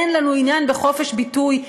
אין לנו עניין בחופש ביטוי,